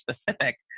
specific